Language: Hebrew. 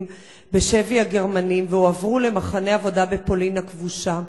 בשבי הגרמנים והועברו למחנה עבודה בפולין הכבושה.